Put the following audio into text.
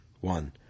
one